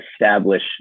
establish